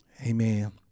Amen